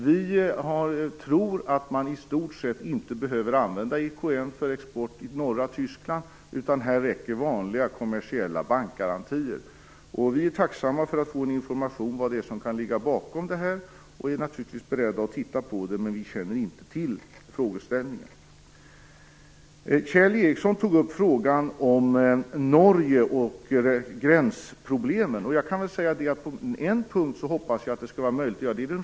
Vi tror att man i stort sett inte behöver använda EKN för export till norra Tyskland. Här räcker vanliga kommersiella bankgarantier. Vi är tacksamma för information om vad som kan ligga bakom. Vi är naturligtvis beredda att titta på frågan, men vi känner inte till den. Kjell Ericsson tog upp frågan om Norge och gränsproblemen. På en punkt hoppas jag att det skall vara möjligt att göra någonting.